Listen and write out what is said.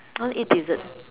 I want to eat dessert